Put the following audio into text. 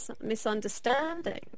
misunderstanding